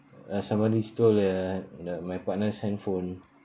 uh somebody stole the the my partner's handphone